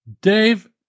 Dave